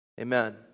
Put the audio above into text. Amen